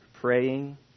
Praying